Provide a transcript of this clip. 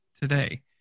today